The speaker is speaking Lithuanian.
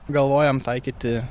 galvojam taikyti